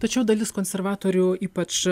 tačiau dalis konservatorių ypač